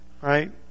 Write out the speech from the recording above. right